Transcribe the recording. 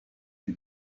die